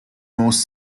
most